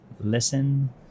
Listen